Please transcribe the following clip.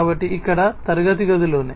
కాబట్టి ఇక్కడ తరగతి గదిలోనే